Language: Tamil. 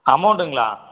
அமௌண்ட்டுங்களா